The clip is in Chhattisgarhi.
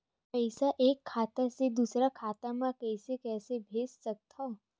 पईसा एक खाता से दुसर खाता मा कइसे कैसे भेज सकथव?